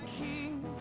king